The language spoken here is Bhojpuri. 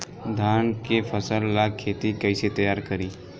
धान के फ़सल ला खेती कइसे तैयार करी?